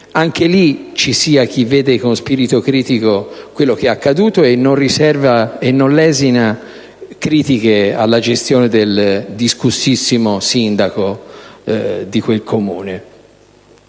anche lì ci sia chi vede con spirito critico quello che è accaduto e non lesina critiche alla gestione del molto discusso sindaco di quel Comune.